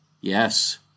Yes